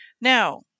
Now